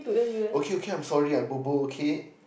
okay okay I am sorry I'm bobo okay